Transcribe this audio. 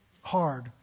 hard